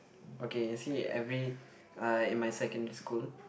okay you see every like in my secondary school